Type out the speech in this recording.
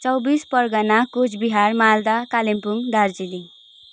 Chaubis Pargana Cooch Behar Malda Kalimpong Darjeeling